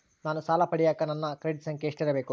ನಾನು ಸಾಲ ಪಡಿಯಕ ನನ್ನ ಕ್ರೆಡಿಟ್ ಸಂಖ್ಯೆ ಎಷ್ಟಿರಬೇಕು?